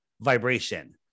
vibration